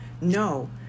No